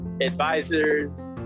advisors